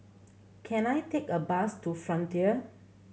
can I take a bus to Frontier